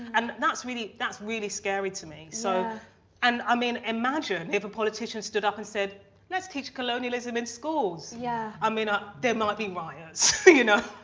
and that's really that's really scary to me so and i mean imagine if a politician stood up and said let's teach colonialism in schools yeah, i mean, ah, there might be riots, you know,